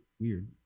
weird